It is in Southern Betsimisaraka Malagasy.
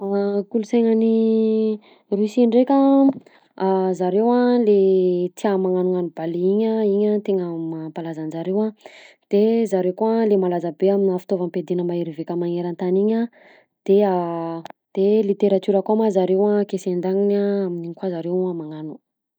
Kolonsaina any Rusia ndreka a zareo a le tià magnanognano balet iny a iny a tena mampalaza anjareo a de zareo koa le malaza be amina fitaovam-piadiana mahery vaika magnerantany iny a de a literatiora ko ma zareo a ekesy andanina a amin'iny ko zareo magnano.